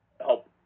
help